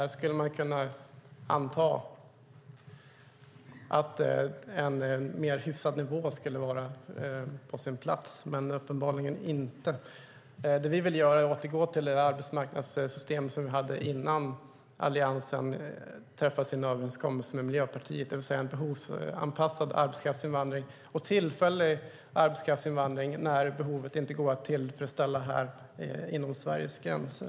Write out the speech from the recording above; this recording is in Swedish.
Här borde man kunna anta att en mer hyfsad nivå var på sin plats, men det är det uppenbarligen inte. Det vi vill göra är att återgå till det arbetsmarknadssystem som vi hade innan Alliansen träffade sin överenskommelse med Miljöpartiet, det vill säga en behovsanpassad arbetskraftsinvandring och en tillfällig arbetskraftsinvandring när behovet inte går att tillfredsställa inom Sveriges gränser.